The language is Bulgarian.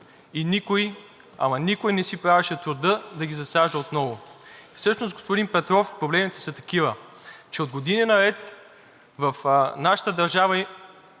никой не си правеше труда да ги засажда отново. Всъщност, господин Петров, проблемите са такива, че от години наред в нашата държава